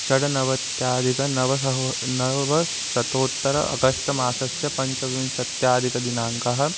षड्नवत्यधिकनवसहो नववस् शतोत्तर अगस्टमासस्य पञ्चविंशत्यधिकदिनाङ्कः